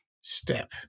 step